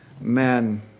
man